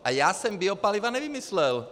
A já jsem biopaliva nevymyslel.